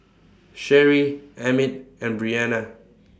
Sherie Emmit and Breana